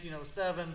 1907